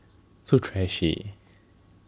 so trashy